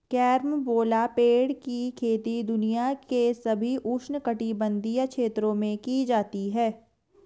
carambola पेड़ की खेती दुनिया के सभी उष्णकटिबंधीय क्षेत्रों में की जाती है